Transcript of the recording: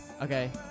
Okay